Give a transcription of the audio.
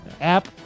app